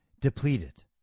depleted